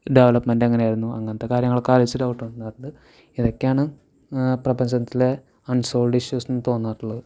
development എങ്ങനായിരുന്നു അങ്ങൻത്തെ കാര്യങ്ങളൊക്കെ ആലോചിച്ചിട്ടാണ് ഇതൊക്കെയാണ് പ്രപഞ്ചത്തിലെ അണ്സോള്വ്ട് ഇഷ്യൂസെന്ന് തോന്നാറുള്ളത്